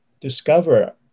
discover